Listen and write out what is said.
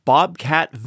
Bobcat